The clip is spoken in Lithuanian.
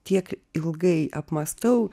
tiek ilgai apmąstau